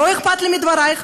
לא אכפת לי מדברייך,